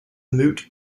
moot